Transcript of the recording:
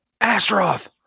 Astroth